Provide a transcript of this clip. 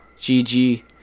gg